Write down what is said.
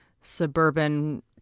suburban